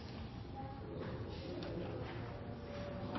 Jeg